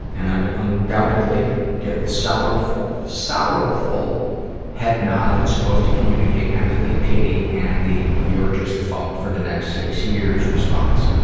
and i will undoubtedly get the sorrowful sorrowful head nod that supposed to communicate empathy, pity, and the you're just fucked for the next six years response.